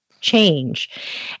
change